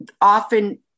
Often